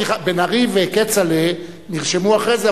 כי בן-ארי וכצל'ה נרשמו אחרי זה,